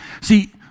See